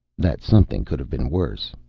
that something could have been worse.